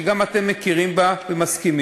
שגם אתם מכירים בה ומסכימים.